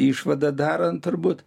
išvadą darant turbūt